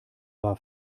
war